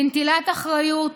בנטילת אחריות,